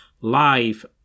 live